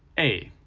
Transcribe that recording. a,